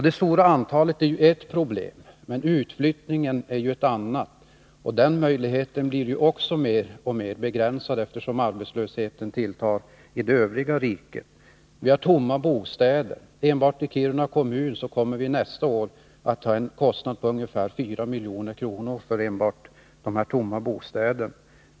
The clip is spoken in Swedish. Det stora antalet är ett problem, utflyttningen ett annat — och den möjligheten blir mer och mer begränsad allteftersom arbetslösheten tilltar i den övriga delen av riket. Vi har tomma bostäder. I Kiruna kommun kommer vi nästa år att ha en kostnad på ungefär 4 milj.kr. enbart för tomma bostäder.